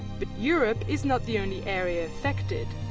but europe is not the only area affected.